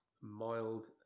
mild